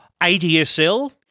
ADSL